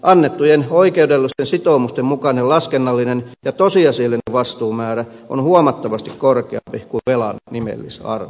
annettujen oikeudellisten sitoumusten mukainen laskennallinen ja tosiasiallinen vastuumäärä on huomattavasti korkeampi kuin velan nimellisarvo